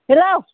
hello